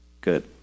Good